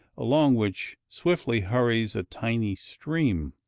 along which swiftly hurries a tiny stream.